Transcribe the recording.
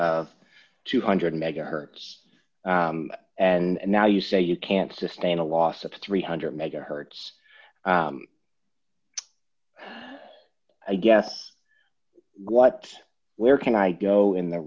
of two hundred megahertz and now you say you can't sustain a loss of three hundred megahertz i guess what where can i go in the